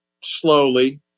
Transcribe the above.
slowly